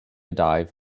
dive